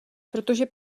protože